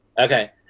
Okay